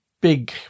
big